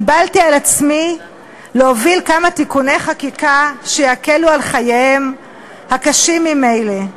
קיבלתי על עצמי להוביל כמה תיקוני חקיקה שיקלו את חייהם הקשים ממילא.